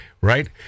Right